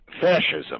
fascism